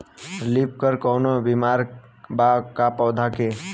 Leaf curl कौनो बीमारी बा का पौधा के?